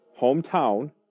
hometown